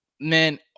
man